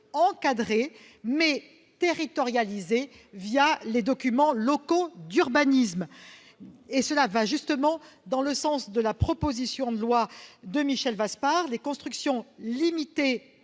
encadrée mais territorialisée les documents locaux d'urbanisme. Cela va justement dans le sens de la proposition de loi de Michel Vaspart. Les constructions limitées